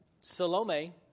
Salome